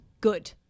good